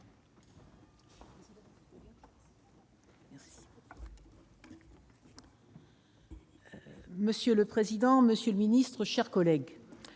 Monsieur le président, monsieur le ministre, mes chers collègues,